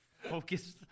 Focus